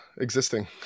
existing